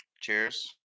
cheers